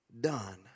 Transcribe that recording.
done